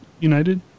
United